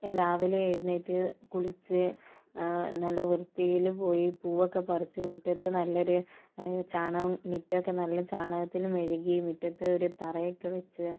രാവിലെ എഴുന്നേറ്റ് കുളിച്ച് നല്ല വൃത്തീല് പോയി പൂവൊക്കെ പറിച്ച് മിറ്റത്ത് നല്ലൊര് ചാണകം മിറ്റോക്കെ നല്ല ചാണകത്തില് മെഴുകി മിറ്റത്ത് ഒരു തറേയൊക്കെ വച്ച്